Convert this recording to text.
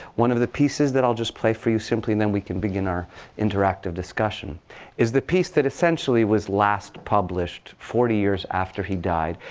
one of the pieces that i'll just play for you simply and then we can begin our interactive discussion is the piece that, essentially, was last published, forty years after he died.